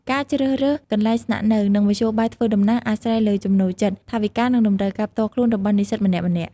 ការជ្រើសរើសកន្លែងស្នាក់នៅ និងមធ្យោបាយធ្វើដំណើរ អាស្រ័យលើចំណូលចិត្ត ថវិកា និងតម្រូវការផ្ទាល់ខ្លួនរបស់និស្សិតម្នាក់ៗ។